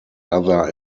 other